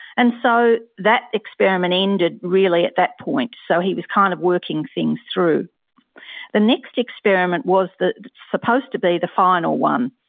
and so that experiment ended really at that point. so he was kind of working things through the next experiment was supposed to be the final one.